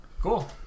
Cool